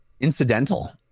incidental